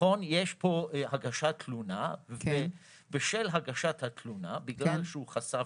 יש פה הגשת תלונה ובשל הגשת התלונה, בגלל שהוא חשף